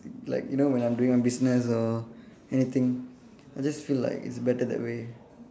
like you know when I'm doing my business or anything I just feel like it's better that way